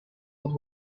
with